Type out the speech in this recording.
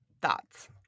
thoughts